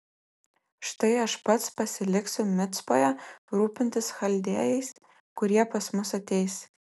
štai aš pats pasiliksiu micpoje rūpintis chaldėjais kurie pas mus ateis